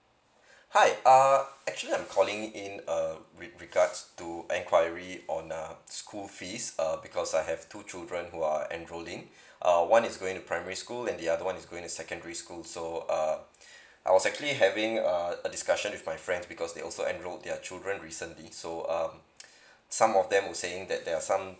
hi err actually I'm calling in um with regards to enquiry on uh school fees err because I have two children who are enrolling err one is going to primary school and the other one is going to secondary school so uh I was actually having uh a discussion with my friends because they also enrolled their children recently so um some of them saying that there are some